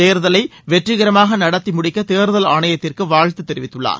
தேர்தலை வெற்றிகரமாக நடத்தி முடிக்க தேர்தல் ஆணையத்திற்கு வாழ்த்து தெரிவித்துள்ளார்